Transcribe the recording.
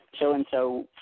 so-and-so